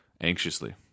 anxiously